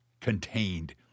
contained